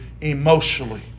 emotionally